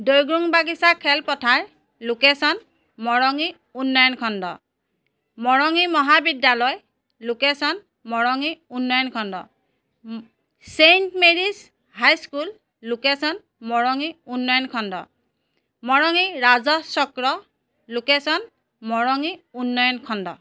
দৈগুং বাগিচা খেলপথাৰ লোকেশ্যন মৰঙী উন্নয়ন খণ্ড মৰঙী মহাবিদ্যালয় লোকেশ্যন মৰঙি উন্নয়ন খণ্ড Saint Mary's high school location Morongi উন্নয়ন খণ্ড মৰঙী ৰাজহ চক্ৰ লোকেশ্যন মৰঙি উন্নয়ন খণ্ড